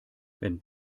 wenn